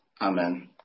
Amen